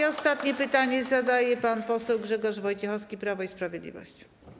I ostatnie pytanie zadaje pan poseł Grzegorz Wojciechowski, Prawo i Sprawiedliwość.